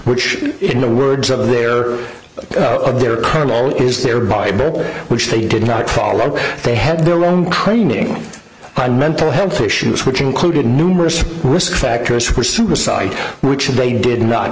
which in the words of their of their personnel is their bible which they did not follow but they had their own craning and mental health issues which included numerous risk factors for suicide which they did not